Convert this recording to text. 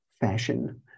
fashion